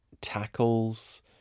tackles